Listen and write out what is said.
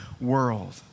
world